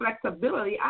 flexibility